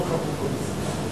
לצורך הפופוליסטי.